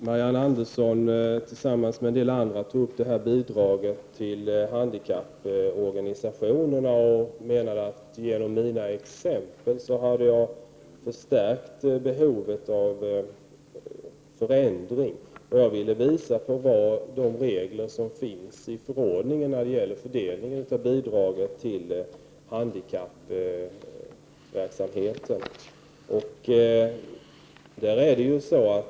Marianne Andersson, tillsammans med en del andra, tog upp frågan om bidraget till handikapporganisationerna och menade att jag genom mina exempel hade förstärkt behovet av förändring. Vad jag ville visa på var de regler som finns i förordningen när det gäller fördelningen av bidrag till handikappverksamheten.